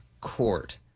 court